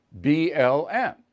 BLM